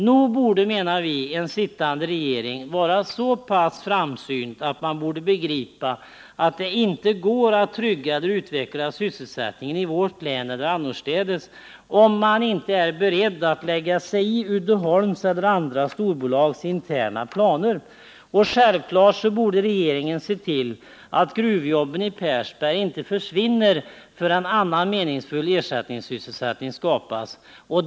Nog borde, menar vi, en sittande regering vara så pass framsynt att man begriper att det inte går att trygga eller utveckla sysselsättningen i vårt län eller annorstädes, om man inte är beredd att lägga sig i Uddeholms eller andra storbolags interna planer. Och självfallet borde regeringen se till att gruvjobben i Persberg inte försvinner förrän en meningsfull ersättningssysselsättning skapats.